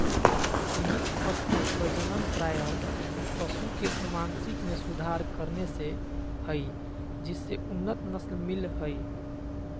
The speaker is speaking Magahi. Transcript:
सीमित अर्थ में प्रजनन प्रायः पशु के अनुवांशिक मे सुधार करने से हई जिससे उन्नत नस्ल मिल हई